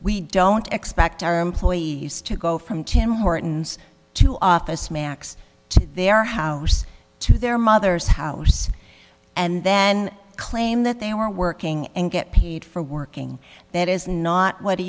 we don't expect our employees to go from tim hortons to office max to their house to their mothers house and then claim that they are working and get paid for working that is not what a